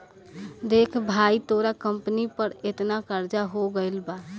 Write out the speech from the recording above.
देख भाई तोरा कंपनी पर एतना कर्जा हो गइल बा